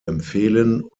empfehlen